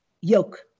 yoke